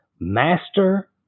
Master